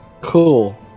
Cool